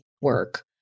work